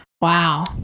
Wow